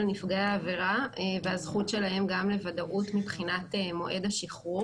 נפגעי העבירה והזכות שלהם גם לוודאות מבחינת מועד השחרור.